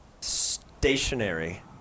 stationary